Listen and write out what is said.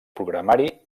programari